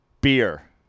beer